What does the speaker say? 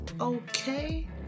okay